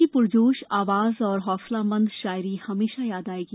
उनकी पुरजोश आवाज और हौसलामंद शायरी हमेशा याद आयेगी